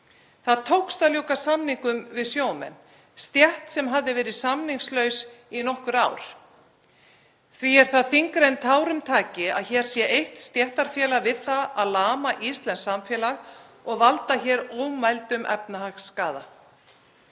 Það tókst að ljúka samningum við sjómenn, stétt sem hafði verið samningslaus í nokkur ár. Því er það þyngra en tárum taki að hér sé eitt stéttarfélag við það að lama íslenskt samfélag og valda ómældum efnahagsskaða.